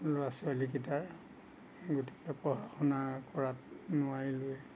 ল'ৰা ছোৱালীকেইটাৰ গতিকে পঢ়া শুনা কৰাত নোৱাৰিলোঁ